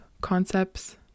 concepts